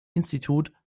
institut